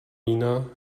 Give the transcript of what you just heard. vína